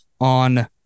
on